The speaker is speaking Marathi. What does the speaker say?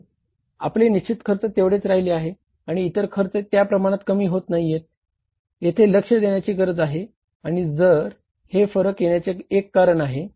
आपले निश्चित खर्च तेवढेच राहिले आहे आणि इतर खर्च त्या प्रमाणात कमी होत नाहीयेत येथे लक्ष्य देण्याची गरज आहे आणि हे फरक येण्याचे एक कारण आहे